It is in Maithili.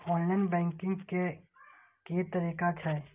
ऑनलाईन बैंकिंग के की तरीका छै?